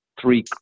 three